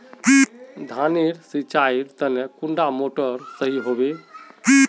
धानेर नेर सिंचाईर तने कुंडा मोटर सही होबे?